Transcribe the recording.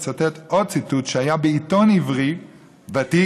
אני אצטט עוד ציטוט שהיה בעיתון עברי ותיק